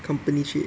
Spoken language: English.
company treat